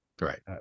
right